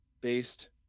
based